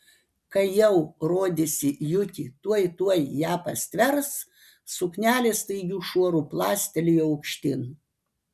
kai jau rodėsi juki tuoj tuoj ją pastvers suknelė staigiu šuoru plastelėjo aukštyn